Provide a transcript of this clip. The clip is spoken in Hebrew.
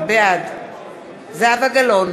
בעד זהבה גלאון,